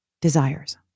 desires